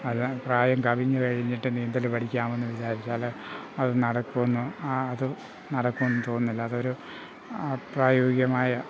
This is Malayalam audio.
അത് പ്രായം കവിഞ്ഞു കഴിഞ്ഞിട്ട് നീന്തൽ പഠിക്കാമെന്ന് വിചാരിച്ചാൽ അത് നടക്കുമെന്ന് ആ അത് നടക്കുമെന്ന് തോന്നുന്നില്ല അതൊരു പ്രായോഗികമായ